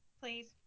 Please